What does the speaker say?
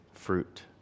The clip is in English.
fruit